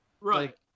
right